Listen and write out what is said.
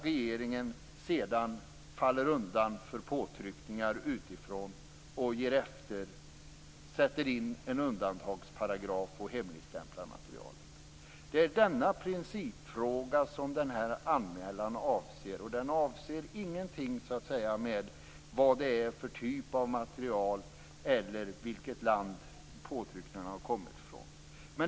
Regeringen har sedan fallit undan för påtryckningar utifrån och givit efter, satt in en undantagsparagraf och hemligstämplat materialet. Det är denna principfråga som den här anmälan avser. Den har inte något att göra med vilken typ av material det är eller från vilket land påtryckningarna har kommit.